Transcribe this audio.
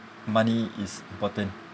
money is important